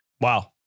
Wow